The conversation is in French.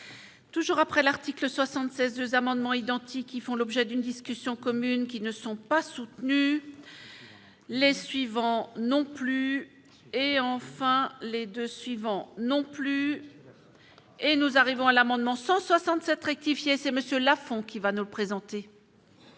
Toujours après l'article 76, 2 amendements identiques qui font l'objet d'une discussion commune qui ne sont pas soutenus, les suivants non plus, et enfin les 2 suivants non plus et nous arrivons à l'amendement 167 rectifié, c'est monsieur Lafond qui va nous présenter.